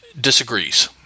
disagrees